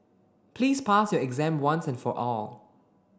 please pass your exam once and for all